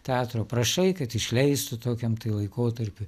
teatro prašai kad išleistų tokiam laikotarpiui